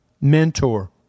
mentor